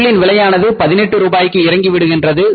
பொருளின் விலையானது 18 ரூபாய்க்கு இறங்கி விடுகின்றது